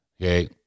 Okay